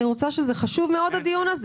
הדיון הזה חשוב מאוד.